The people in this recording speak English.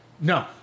No